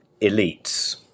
elites